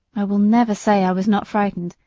i will never say i was not frightened,